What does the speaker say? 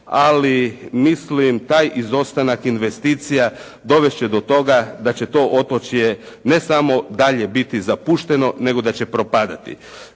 ali mislim taj izostanak investicija dovesti će do toga da će to otočje ne samo dalje biti zapušteno nego da će propadati.